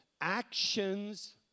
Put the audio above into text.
Actions